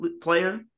player